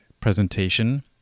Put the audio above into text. presentation